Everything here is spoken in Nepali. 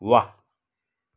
वाह